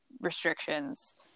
restrictions